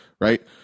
Right